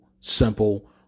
simple